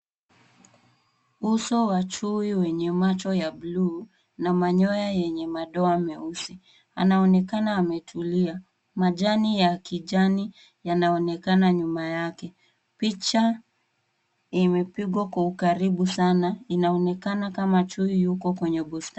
Uso wa chui wenye macho ya buluu na manyoya yenye madoa meusi anaonekana ametulia. Majani ya kijani yanaonekana nyuma yake. Picha imepigwa kwa ukaribu sana, inaonekana kama chui yuko kwenye bustani.